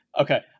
Okay